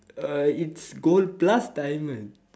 uh it's gold plus diamond